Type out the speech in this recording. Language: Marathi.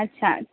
अच्छा